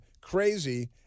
crazy